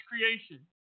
creation